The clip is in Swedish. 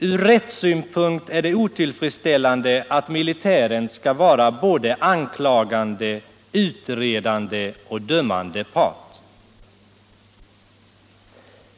Ur rättssynpunkt är det otillfredsställande att militären skall vara både anklagande, utredande och dömande part.